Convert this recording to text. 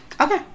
Okay